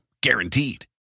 Guaranteed